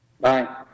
Bye